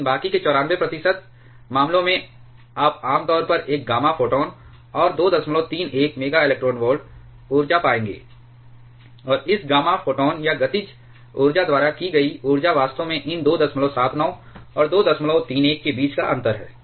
लेकिन बाकी के 94 प्रतिशत मामलों में आप आमतौर पर एक गामा फोटॉन और 231 MeV ऊर्जा पाएंगे और इस गामा फोटॉन या गतिज ऊर्जा द्वारा की गई ऊर्जा वास्तव में इन 279 और 231 के बीच का अंतर है